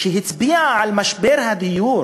שהצביעה על משבר הדיור